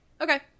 Okay